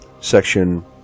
Section